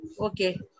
okay